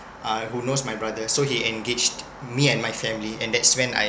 uh who knows my brother so he engaged me and my family and that's when I